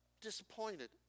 disappointed